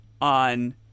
on